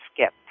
skip